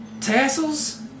tassels